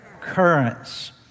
currents